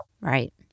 Right